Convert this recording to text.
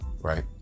Right